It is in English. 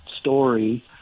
story